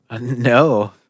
no